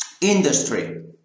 industry